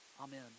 Amen